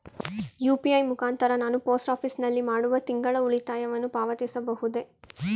UPI ಮುಖಾಂತರ ನಾನು post office ನಲ್ಲಿ ಮಾಡುವ ತಿಂಗಳ ಉಳಿತಾಯವನ್ನು ಪಾವತಿಸಬಹುದೇ?